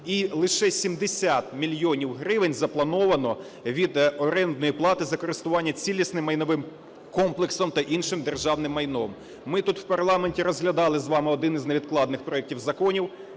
І лише 70 мільйонів гривень заплановано від орендної плати за користування цілісним майновим комплексом та іншим державним майном. Ми тут в парламенті розглядали з вами один із невідкладних проектів законів,